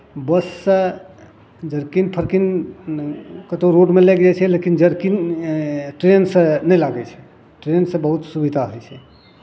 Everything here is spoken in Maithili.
बससँ जरकिन फरकिन कतहु रोडमे लागि जाइ छै लेकिन जरकिन ट्रेनसँ नहि लागै छै ट्रेनसँ बहुत सुविधा होइ छै